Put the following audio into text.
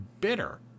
bitter